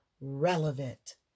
relevant